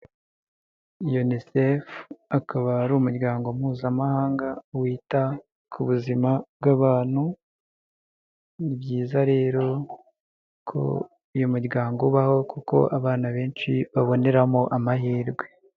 Unicef akaba ari umuryango mpuzamahanga wita ku buzima bw'abantu. Ni byiza rero ko uyu muryango ubaho kuko abana benshi baboneramo amahirwe.